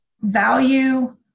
value